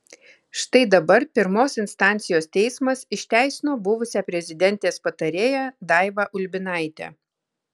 štai dabar pirmos instancijos teismas išteisino buvusią prezidentės patarėją daivą ulbinaitę